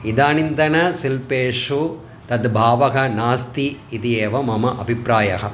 इदानीन्तन शिल्पेषु तद् भावः नास्ति इति एव मम अभिप्रायः